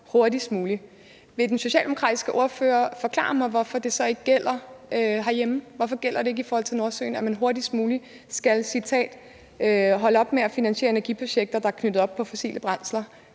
hurtigst muligt. Vil den socialdemokratiske ordfører forklare mig, hvorfor det så ikke gælder herhjemme? Hvorfor gælder det ikke i forhold til Nordsøen, at man hurtigst muligt skal – citat – holde op med at finansiere energiprojekter, der er knyttet op på fossile brændsler?